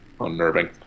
unnerving